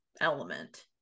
element